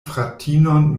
fratinon